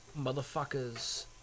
motherfuckers